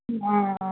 অঁ অঁ অঁ